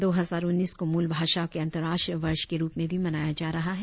दो हजार उन्नीस को मूल भाषाओं के अंतर्राष्ट्रीय वर्ष के रुप में भी मनाया जा रहा है